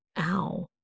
Ow